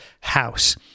house